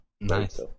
Nice